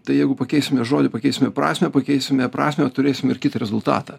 tai jeigu pakeisime žodį pakeisime prasmę pakeisime prasmę turėsim ir kitą rezultatą